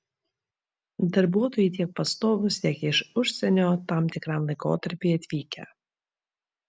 darbuotojai tiek pastovūs tiek iš užsienio tam tikram laikotarpiui atvykę